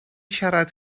siarad